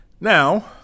Now